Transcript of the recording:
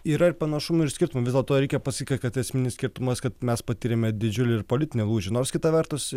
yra ir panašumų ir skirtumų vis dėlto reikia pasakyti kad esminis skirtumas kad mes patyrėme didžiulį politinį lūžį nors kita vertus